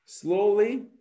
Slowly